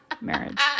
marriage